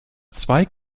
zwei